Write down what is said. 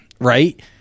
right